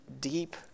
deep